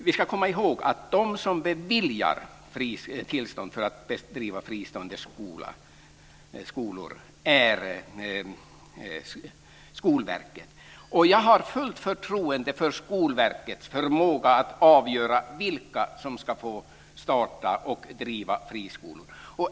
Vi ska komma ihåg att den som beviljar tillstånd för att bedriva fristående skolor är Skolverket. Jag har fullt förtroende för Skolverkets förmåga att avgöra vilka som ska få starta och driva friskolor.